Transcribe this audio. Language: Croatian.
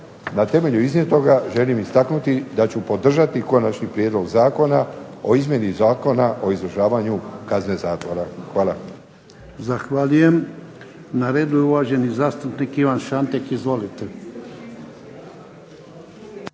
Na temelju iznijetoga želim istaknuti da ću podržati Konačni prijedlog Zakona o izmjeni Zakona o izvršavanju kazne zatvora. Hvala. **Jarnjak, Ivan (HDZ)** Zahvaljujem. Na redu je uvaženi zastupnik Ivan Šantek. Izvolite.